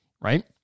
Right